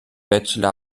bachelor